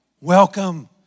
Welcome